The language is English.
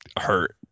hurt